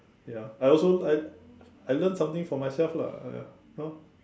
ya I also I I learn something for myself lah ya you know